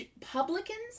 publicans